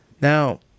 Now